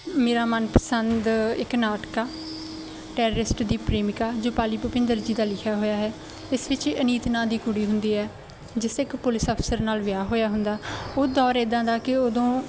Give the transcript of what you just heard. ਮੇਰਾ ਮਨਪਸੰਦ ਇੱਕ ਨਾਟਕ ਆ ਟੈਰਰਿਸਟ ਦੀ ਪ੍ਰੇਮਿਕਾ ਜੋ ਪਾਲੀ ਭੁਪਿੰਦਰ ਜੀ ਦਾ ਲਿਖਿਆ ਹੋਇਆ ਹੈ ਇਸ ਵਿੱਚ ਅਨੀਤ ਨਾਂ ਦੀ ਕੁੜੀ ਹੁੰਦੀ ਹੈ ਜਿਸ ਦਾ ਇੱਕ ਪੁਲਿਸ ਅਫਸਰ ਨਾਲ ਵਿਆਹ ਹੋਇਆ ਹੁੰਦਾ ਉਹ ਦੌਰ ਇੱਦਾਂ ਦਾ ਕਿ ਉਦੋਂ